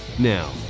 Now